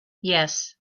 yes